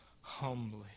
humbly